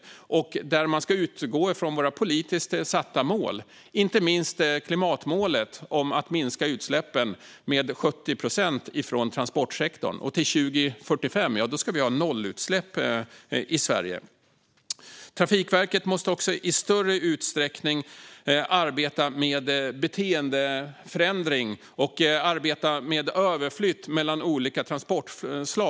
Vi vill att man ska utgå från våra politiskt satta mål, inte minst klimatmålet om att minska utsläppen från transportsektorn med 70 procent. Till 2045 ska Sverige ha nollutsläpp. Trafikverket måste också i större utsträckning arbeta med beteendeförändring och med överflytt mellan olika transportslag.